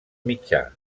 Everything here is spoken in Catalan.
mitjà